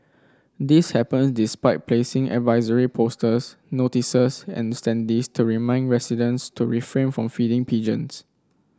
this happen despite placing advisory posters notices and standees to remind residents to refrain from feeding pigeons